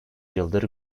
yıldır